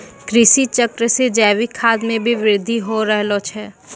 कृषि चक्र से जैविक खाद मे भी बृद्धि हो रहलो छै